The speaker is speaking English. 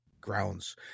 grounds